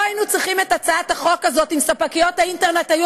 לא היינו צריכים את הצעת החוק הזאת אם ספקיות האינטרנט היו